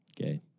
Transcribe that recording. Okay